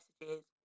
messages